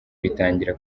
bitangira